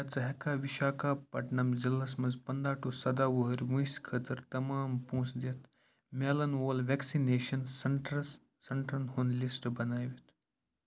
کیٛاہ ژٕ ہیٚککھا وِشاکھاپٹنَم ضِلعس مَنٛز پَنٛداہ ٹُو سداہ وُہُر وٲنٛسہِ خٲطرٕ تمام پۅنٛسہٕ دِتھ میلن وول ویکسِنیشن سینٹرس سینٹرن ہُنٛد لِسٹ بنٲوِتھ